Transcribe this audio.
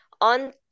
on